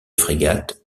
frégate